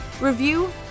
review